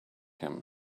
him